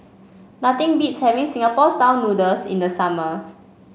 nothing beats having Singapore style noodles in the summer